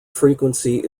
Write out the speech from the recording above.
frequency